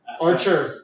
Archer